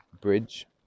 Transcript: bridge